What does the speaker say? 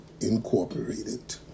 Incorporated